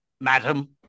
madam